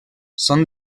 són